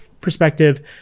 perspective